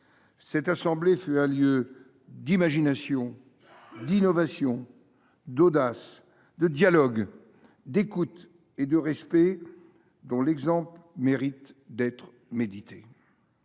cette assemblée fut un lieu d’imagination, d’innovation, d’audace, de dialogue, d’écoute et de respect, dont l’exemple mérite d’être médité.